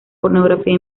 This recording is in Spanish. pornografía